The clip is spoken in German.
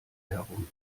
herum